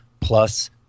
plus